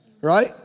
right